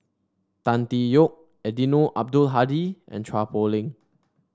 Tan Tee Yoke Eddino Abdul Hadi and Chua Poh Leng